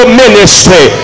ministry